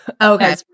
Okay